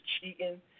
cheating